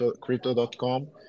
Crypto.com